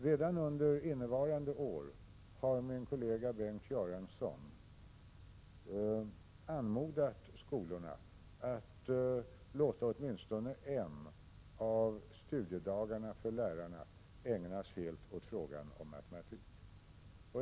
Redan under innevarande år har min kollega Bengt Göransson anmodat skolorna att låta åtminstone en av studiedagarna för lärarna ägnas helt åt frågan om matematik.